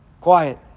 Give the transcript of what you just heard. Quiet